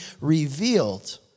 revealed